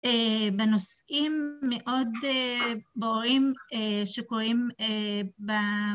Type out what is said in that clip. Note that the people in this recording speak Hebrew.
ונושאים מאוד ברורים שקורים אה.. ב...